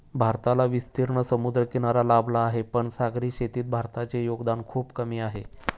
भारताला विस्तीर्ण समुद्रकिनारा लाभला आहे, पण सागरी शेतीत भारताचे योगदान खूप कमी आहे